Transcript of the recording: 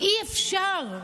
אי-אפשר.